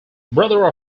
brother